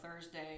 Thursday